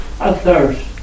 athirst